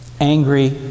angry